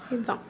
இதுதான்